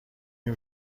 این